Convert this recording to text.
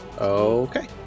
Okay